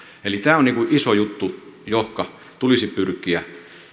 tämä on iso juttu johonka tulisi pyrkiä